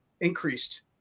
increased